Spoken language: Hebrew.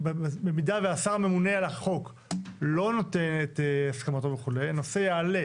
במידה והשר הממונה על החוק לא נותן את הסכמתו וכו' הנושא יעלה